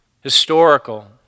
historical